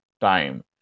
time